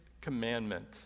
commandment